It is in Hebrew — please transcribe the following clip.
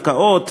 הפקעות,